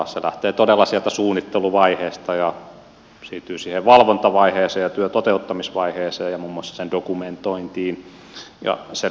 se lähtee todella sieltä suunnitteluvaiheesta ja siirtyy siihen valvontavaiheeseen ja työn toteuttamisvaiheeseen ja muun muassa sen dokumentointiin